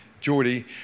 Geordie